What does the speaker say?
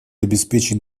обеспечить